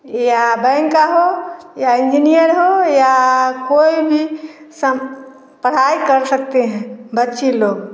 या बैंक का हो या इंजीनियर हो या कोई भी सम पढ़ाई कर सकते हैं बच्चे लोग